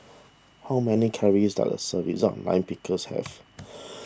how many calories does a serving Lime Pickles have